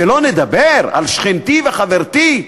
שלא נדבר על שכנתי וחברתי,